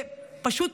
פשוט